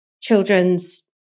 children's